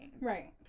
Right